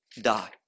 die